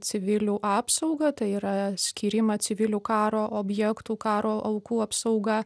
civilių apsaugą tai yra skyrimą civilių karo objektų karo aukų apsauga